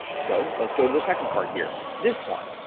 so, let's go to the second part here. this one,